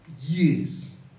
years